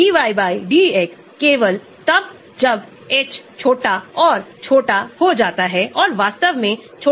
hydrogen bonding क्षमता hydrogen bonding गठन की संख्या आकार आवेश ध्रुवीयता